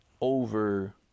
Over